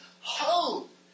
hope